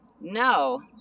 no